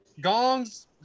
gongs